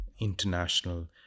international